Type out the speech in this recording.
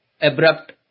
abrupt